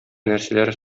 нәрсәләр